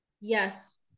Yes